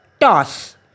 toss